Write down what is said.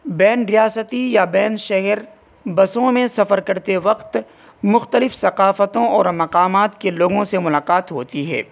بین ریاستی یا بین شہر بسوں میں سفر کرتے وقت مختلف ثقافتوں اور مقامات کے لوگوں سے ملاقات ہوتی ہے